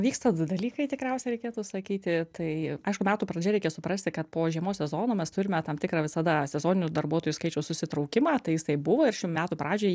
vyksta du dalykai tikriausia reikėtų sakyti tai aišku metų pradžia reikia suprasti kad po žiemos sezono mes turime tam tikrą visada sezoninių darbuotojų skaičiaus susitraukimą tai jisai buvo ir šių metų pradžioj